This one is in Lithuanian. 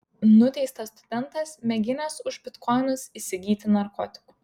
nuteistas studentas mėginęs už bitkoinus įsigyti narkotikų